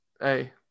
Hey